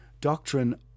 doctrine